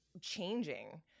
changing